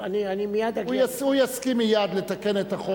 הוא יסכים מייד לתקן את החוק,